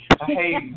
Hey